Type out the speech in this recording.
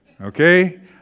Okay